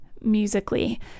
musically